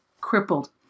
crippled